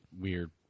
weird –